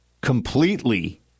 completely